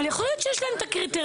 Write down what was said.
אבל יכול להיות שיש להם את הקריטריונים